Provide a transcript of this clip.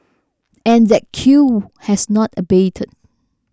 and that queue has not abated